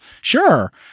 sure